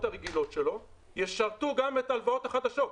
הרגילות שלו ישרתו גם את ההלוואות החדשות.